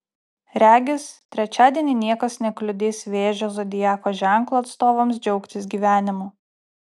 regis trečiadienį niekas nekliudys vėžio zodiako ženklo atstovams džiaugtis gyvenimu